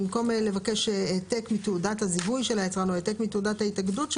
במקום לבקש העתק מתעודת הזיהוי של היצרן או העתק מתעודת ההתאגדות שלו,